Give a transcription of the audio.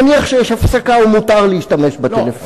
נניח שיש הפסקה ומותר להשתמש בטלפונים.